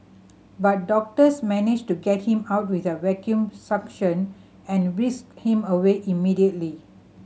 but doctors managed to get him out with a vacuum suction and whisked him away immediately